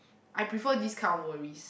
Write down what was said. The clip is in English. I prefer this kind of worries